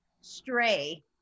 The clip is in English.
stray